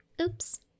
Oops